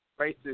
racist